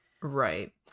Right